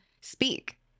speak